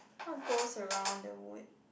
what goes around the wood